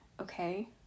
okay